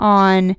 on